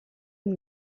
and